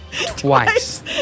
Twice